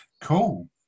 Cool